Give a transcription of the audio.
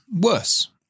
worse